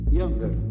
younger